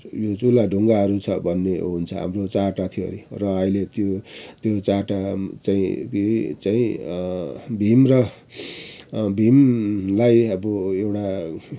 यो चुल्हा ढुङ्गाहरू छ भन्ने हुन्छ हाम्रो चारवटा थियो रे अहिले त्यो त्यो चारवटा चाहिँ भीम र भीमलाई अब एउटा